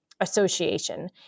Association